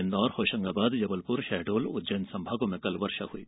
इन्दौर होशंगाबाद जबलपुर शहडोल उज्जैन संभागों में कल वर्षा हुई